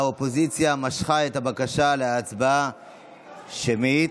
האופוזיציה משכה את הבקשה להצבעה שמית.